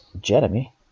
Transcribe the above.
Jeremy